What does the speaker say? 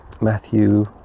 matthew